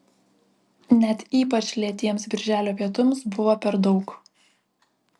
net ypač lėtiems birželio pietums buvo per daug